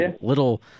Little